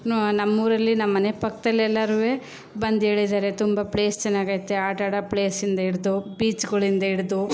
ನಮ್ಮೂರಲ್ಲಿ ನಮ್ಮನೆ ಪಕ್ಕದಲ್ಲೆಲ್ಲರೂ ಬಂದು ಹೇಳಿದ್ದಾರೆ ತುಂಬ ಪ್ಲೇಸ್ ಚೆನ್ನಾಗೈತೆ ಆಟ ಆಡೋ ಪ್ಲೇಸಿಂದ ಹಿಡ್ದು ಬೀಚ್ಗಳಿಂದ ಹಿಡ್ದು